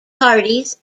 parties